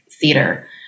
theater